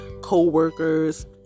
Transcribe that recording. co-workers